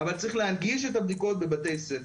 אבל צריך להנגיש את הבדיקות בבתי ספר.